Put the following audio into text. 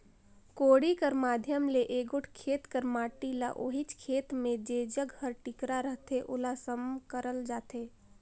कोड़ी कर माध्यम ले एगोट खेत कर माटी ल ओहिच खेत मे जेजग हर टिकरा रहथे ओला सम करल जाथे